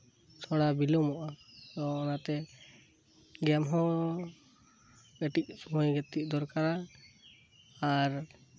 ᱛᱷᱚᱲᱟ ᱵᱤᱞᱚᱢᱚᱜ ᱟ ᱚᱱᱟᱛᱮ ᱜᱮᱢ ᱦᱚ ᱢᱤᱫᱴᱮᱡ ᱥᱚᱢᱚᱭ ᱜᱟᱛᱮᱜ ᱫᱚᱨᱠᱟᱨᱟ ᱟᱨ